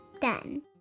done